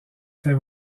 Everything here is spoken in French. fait